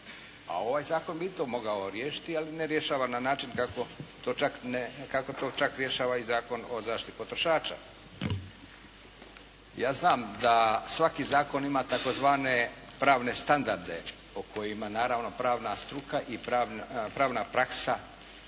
A ovaj zakon bi i to mogao riješiti, ali ne rješava na način kako to čak rješava i Zakon o zaštiti potrošača. Ja znam da svaki zakon ima tzv. pravne standarde o kojima naravno pravna struka i pravna praksa